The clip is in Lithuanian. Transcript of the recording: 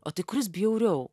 o tai kuris bjauriau